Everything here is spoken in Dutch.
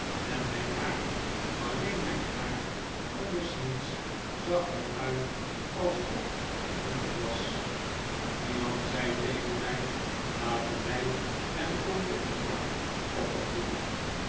en mijn haar alleen mijn haar anders niets zag er uit alsof het dronken was iemand zei tegen mij laten wij naar de comedie gaan